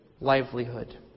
livelihood